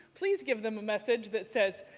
please give them a message that says,